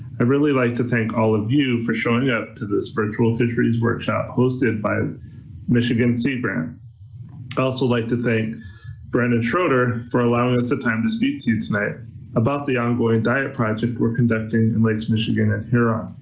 i'd really like to thank all of you for showing up to this virtual fisheries workshop hosted by michigan sea grant. i also like to thank brandon schroeder for allowing us the time to speak to you tonight about the ongoing diet project we're conducting on and lakes michigan and huron.